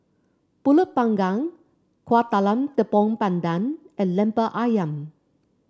pulut Panggang Kueh Talam Tepong Pandan and Lemper ayam